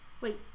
wait